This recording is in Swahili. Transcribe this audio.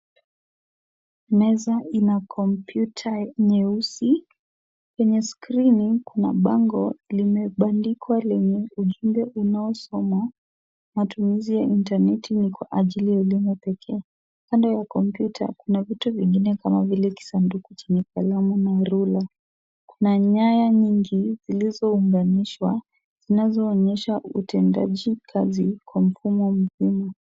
Meza ina computer nyeusi. Kwenye skrini kuna bango limebandikwa lenye ujumbe unaosoma, Matumizi ya intaneti ni kwa ajili ya elimu pekee. Kanda ya computer kuna vitu vingine kama vile kisanduku chenye kalamu na rula. Kuna nyaya nyingi zilizounganishwa zinazoonyesha utendaji kazi kwa mfumo muhimu.